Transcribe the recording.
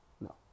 No